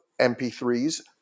mp3s